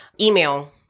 email